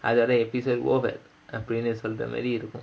அதோட:athoda episode over அப்டினு சொல்றமாரி:apdinu solramaari